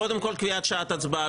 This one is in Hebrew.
קודם כל קביעת שעת הצבעה.